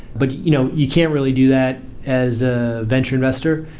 but you know you can't really do that as a venture investor.